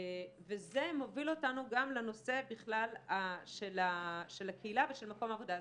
וזה מוביל אותנו גם לנושא בכלל של הקהילה ושל מקום העבודה.